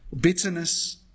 bitterness